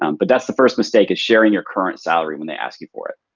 um but that's the first mistake. is sharing your current salary when they ask you for it.